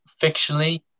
fictionally